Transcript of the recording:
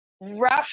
rough